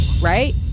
right